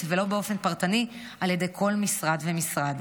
ולא באופן פרטני על ידי כל משרד ומשרד,